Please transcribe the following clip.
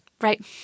right